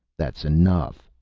that's enough,